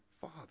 Father